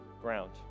ground